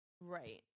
Right